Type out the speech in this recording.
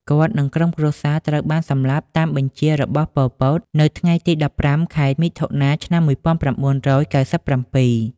គាត់ និងក្រុមគ្រួសារត្រូវបានសម្លាប់តាមបញ្ជារបស់ ប៉ុល ពត នៅថ្ងៃទី១៥ ខែមិថុនា ឆ្នាំ១៩៩៧។